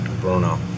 Bruno